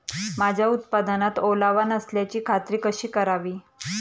माझ्या उत्पादनात ओलावा नसल्याची खात्री कशी करावी?